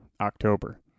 October